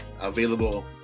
available